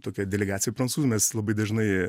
tokia delegacija prancūzų mes labai dažnai